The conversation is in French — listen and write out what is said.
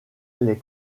les